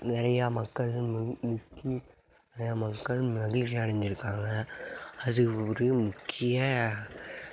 நிறையா மக்கள் நிறையா மக்கள் மகிழ்ச்சி அடைஞ்சுருக்காங்க அது ஒரு முக்கிய